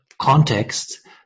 context